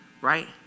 right